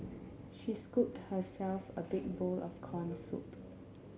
she scooped herself a big bowl of corn soup